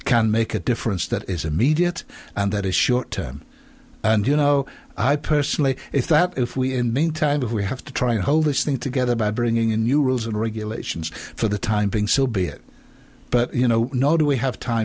can make a difference that is immediate and that is short term and you know i personally if that if we in the meantime if we have to try to hold this thing together by bringing in new rules and regulations for the time being so be it but you know no do we have time